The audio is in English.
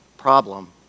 problem